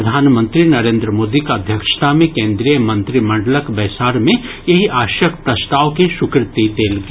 प्रधानमंत्री नरेन्द्र मोदीक अध्यक्षता मे केन्द्रीय मंत्रिमंडलक बैसार मे एहि आशयक प्रसताव के स्वीकृति देल गेल